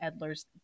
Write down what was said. Edler's